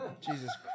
Jesus